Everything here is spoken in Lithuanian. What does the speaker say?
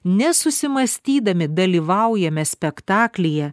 nesusimąstydami dalyvaujame spektaklyje